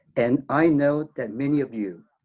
and i know that many of you